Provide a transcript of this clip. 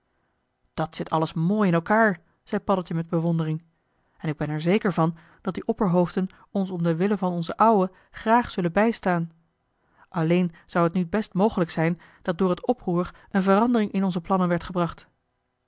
dat zit alles mooi in elkaar zei paddeltje met bewondering en ik ben er zeker van dat die opperhoofden ons om den wille van onzen ouwe graag zullen bijstaan alleen zou het nu best mogelijk zijn dat door het oproer een verandering in onze plannen werd gebracht